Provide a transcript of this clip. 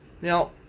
Now